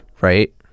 Right